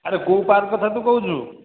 ଆରେ କେଉଁ ପାର୍କ୍ କଥା ତୁ କହୁଛୁ